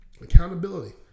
Accountability